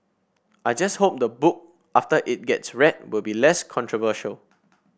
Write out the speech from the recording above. I just hope the book after it gets read will be less controversial